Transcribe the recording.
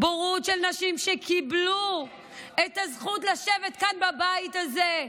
של נשים שקיבלו את הזכות לשבת כאן, בבית הזה,